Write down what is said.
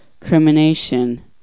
crimination